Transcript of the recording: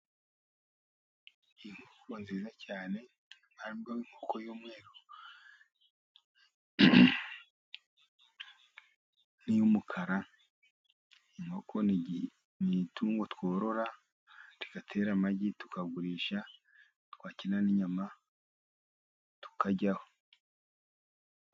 Inkoko nziza cyane harimo: inkoko y'umweru n'iy'umukara. Inkoko ni itungo tworora rigatera amagi tukagurisha twakenera n'inyama tukaryaho.